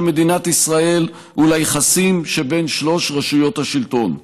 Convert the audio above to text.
מדינת ישראל וליחסים שבין שלוש רשויות השלטון.